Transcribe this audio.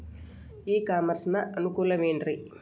E commerce ನ ಅನುಕೂಲವೇನ್ರೇ?